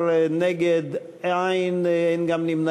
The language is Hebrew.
בעד, 19, נגד, אין, אין גם נמנעים.